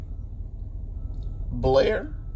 Blair